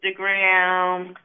Instagram